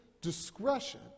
discretion